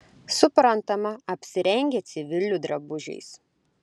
suprantama apsirengę civilių drabužiais